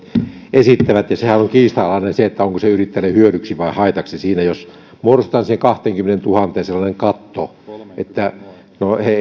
esittävät sehän on kiistanalaista onko se yrittäjälle hyödyksi vai haitaksi jos muodostetaan siihen kahteenkymmeneentuhanteen sellainen katto no he